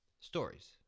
stories